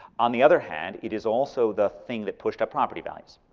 on the other hand, it is also the thing that pushed up property values.